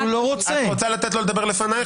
ועכשיו היועץ המשפטי ככל שהוא רוצה לסיים את דבריו,